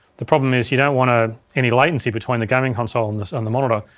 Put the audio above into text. the problem is you don't want ah any latency between the gaming console and and the monitor.